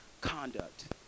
conduct